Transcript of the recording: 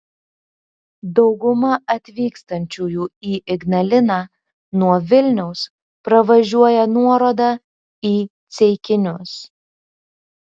dauguma atvykstančiųjų į ignaliną nuo vilniaus pravažiuoja nuorodą į ceikinius